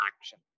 action